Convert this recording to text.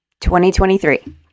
2023